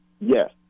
Yes